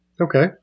Okay